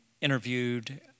interviewed